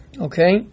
okay